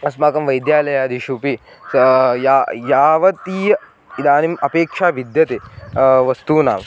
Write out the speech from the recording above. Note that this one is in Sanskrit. अस्माकं वैद्यालयादिषुपि सा या यावतीय इदानीम् अपेक्षा विद्यते वस्तूनाम्